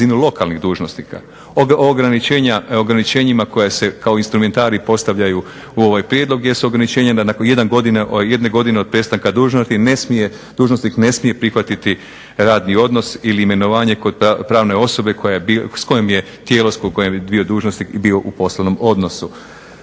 Ograničenjima koja se kao instrumentarij postavljaju u ovaj prijedlog gdje su ograničenja nakon jedne godine od prestanka dužnosti ne smije dužnosnik prihvatiti radni odnos ili imenovanje kod pravne osobe s kojom je tijelo, s kojim je dužnosnik bio u poslovnom odnosu.